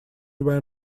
where